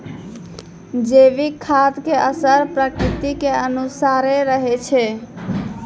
जैविक खाद के असर प्रकृति के अनुसारे रहै छै